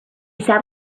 sat